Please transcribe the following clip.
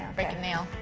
broke a nail.